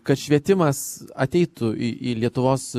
kad švietimas ateitų į į lietuvos